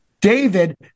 David